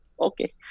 Okay